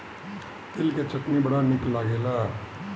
तिल के चटनी बड़ा निक लागेला